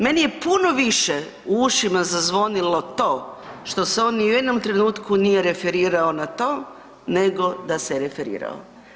Meni je puno više u ušima zazvonilo to što se on ni u jednom trenutku nije referirao na to nego da se referirao.